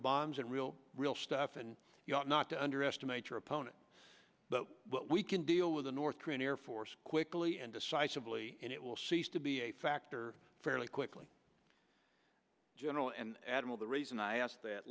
bombs and real real stuff and you ought not to underestimate your opponent but we can deal with the north korean air force quickly and decisively and it will cease to be a factor fairly quickly general and admiral the reason i asked that